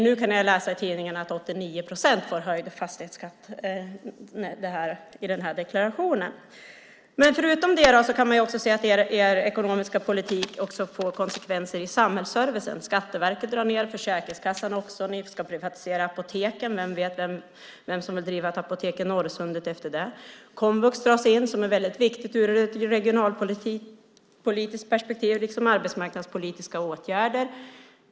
Nu kan jag läsa i tidningen att 89 procent får höjd fastighetsskatt i den här deklarationen. Men förutom det kan man också se att er ekonomiska politik får konsekvenser för samhällsservicen. Skatteverket drar ned, Försäkringskassan också. Ni ska privatisera apoteken. Vem vet vem som vill driva ett apotek i Norrsundet efter det? Komvux, som är väldigt viktigt ur ett regionalpolitiskt perspektiv, dras in, liksom arbetsmarknadspolitiska åtgärder.